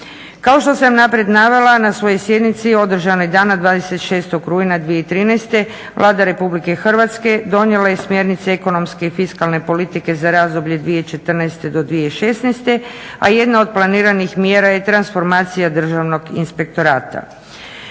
Kao što sam naprijed navela, na svojoj sjednici održanoj dana 26. rujna 2013. Vlada Republike Hrvatske donijela je smjernice ekonomske i fiskalne politike za razdoblje 2014.-2016., a jedna od planiranih mjera je transformacija Državnog inspektorata.